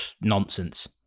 Nonsense